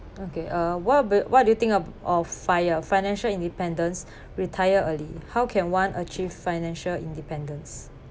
okay uh what ab~ what do you think a~ of FIRE financial independence retire early how can one achieve financial independence